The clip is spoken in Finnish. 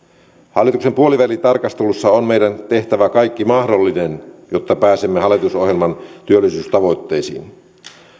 hallituksen puolivälitarkastelussa on meidän tehtävä kaikki mahdollinen jotta pääsemme hallitusohjelman työllisyystavoitteisiin